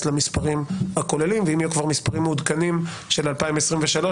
למספרים הכוללים ואם יהיו כבר מספרים מעודכנים של 2023,